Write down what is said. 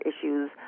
issues